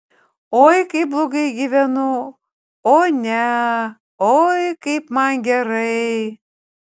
oi kaip blogai gyvenu o ne oi kaip man gerai